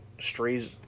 strays